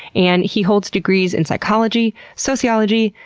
and he holds degrees in psychology, sociology,